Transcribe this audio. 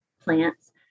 plants